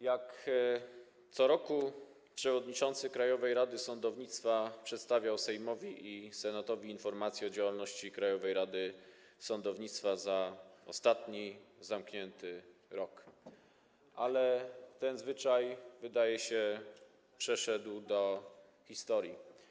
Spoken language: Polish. Jak co roku przewodniczący Krajowej Rady Sądownictwa przedstawiał Sejmowi i Senatowi informację o działalności Krajowej Rady Sądownictwa za ostatni zamknięty rok, ale ten zwyczaj, wydaje się, przeszedł do historii.